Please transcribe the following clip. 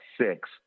six